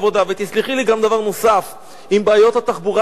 גם דבר נוסף: עם בעיות התחבורה של ירושלים,